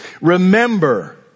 Remember